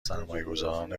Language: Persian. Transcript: سرمایهگذاران